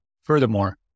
Furthermore